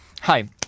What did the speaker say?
Hi